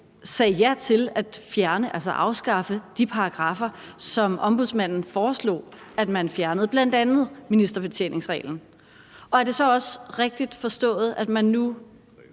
sagde ja til at fjerne, altså afskaffe, de paragraffer, som Ombudsmanden foreslog at man fjernede, bl.a. ministerbetjeningsreglen? Og er det så også rigtigt forstået, at man nu